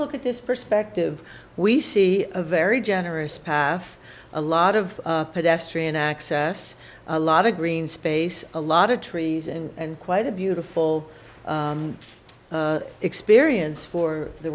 look at this perspective we see a very generous path a lot of pedestrian access a lot of green space a lot of trees and quite a beautiful experience for the